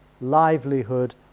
livelihood